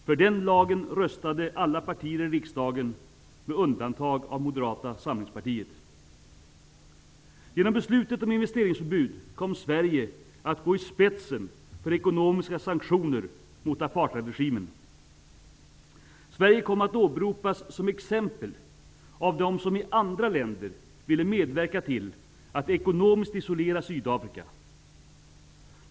För den lagen röstade alla partier i riksdagen, med undantag av Moderata samlingspartiet. Sverige att gå i spetsen för ekonomiska sanktioner mot apartheidregimen. Sverige kom att åberopas som exempel av dem som i andra länder ville medverka till att ekonomiskt isolera Sydafrika.